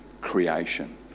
creation